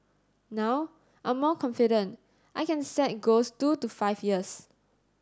now I'm more confident I can set goals two to five years